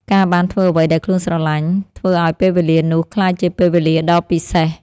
ការបានធ្វើអ្វីដែលខ្លួនស្រឡាញ់ ធ្វើឱ្យពេលវេលានោះក្លាយជាពេលវេលាដ៏ពិសេស។